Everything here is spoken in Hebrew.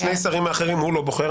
שני השרים האחרים הוא לא בוחר,